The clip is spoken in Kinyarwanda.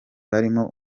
barimo